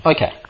Okay